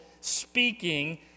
speaking